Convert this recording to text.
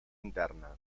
interna